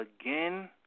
again